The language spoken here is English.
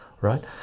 right